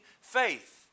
faith